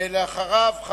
ואחריו,